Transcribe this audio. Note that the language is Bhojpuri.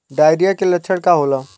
डायरिया के लक्षण का होला?